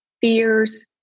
fears